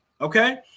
okay